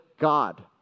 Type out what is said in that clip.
God